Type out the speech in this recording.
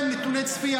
--- את העבודה הזאת?